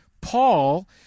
Paul